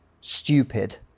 stupid